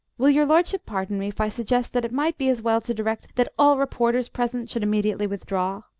will your lordship pardon me if i suggest that it might be as well to direct that all reporters present should immediately withdraw?